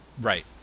Right